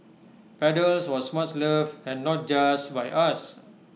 paddles was much loved and not just by us